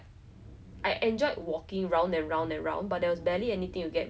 like so hong kong was already like it was cramped the place was cramp